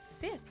fifth